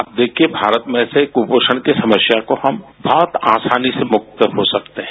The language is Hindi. आप देखिए भारत में से कुपोषण की समस्या को हम बहुत आसानी से मुक्त कर सकते हैं